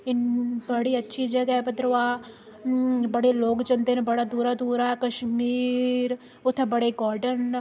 इन्नी बड़ी अच्छी जगह् भद्रवाह बड़े लोग जंदे न बड़ा दूरा दूरा कश्मीर उत्थै बड़े गार्डन न